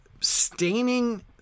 staining